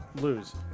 lose